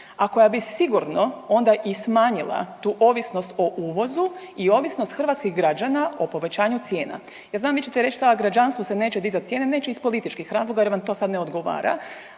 a koja bi sigurno onda i smanjila tu ovisnost o uvozu i ovisnost hrvatskih građana o povećanju cijena. Ja znam vi ćete reć sad građanstvu se neće dizat cijene. Neće iz političkih razloga jer vam to sad ne odgovara,